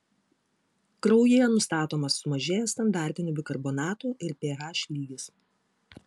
kraujyje nustatomas sumažėjęs standartinių bikarbonatų ir ph lygis